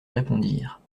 répondirent